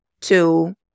two